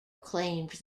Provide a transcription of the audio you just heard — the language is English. claimed